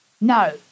No